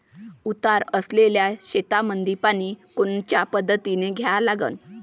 उतार असलेल्या शेतामंदी पानी कोनच्या पद्धतीने द्या लागन?